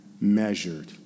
measured